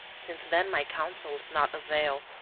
since then my counsels naught avail,